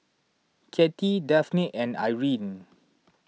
Katy Dafne and Irine